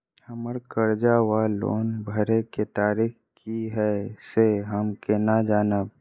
हम्मर कर्जा वा लोन भरय केँ तारीख की हय सँ हम केना जानब?